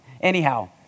Anyhow